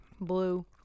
blue